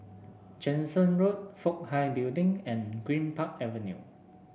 Jansen Road Fook Hai Building and Greenpark Avenue